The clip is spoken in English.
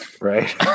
right